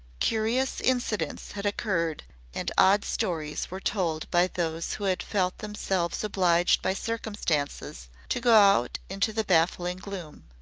curious incidents had occurred and odd stories were told by those who had felt themselves obliged by circumstances to go out into the baffling gloom.